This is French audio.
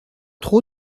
trop